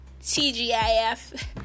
TGIF